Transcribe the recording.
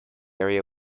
area